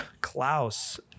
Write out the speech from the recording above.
klaus